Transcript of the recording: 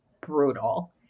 brutal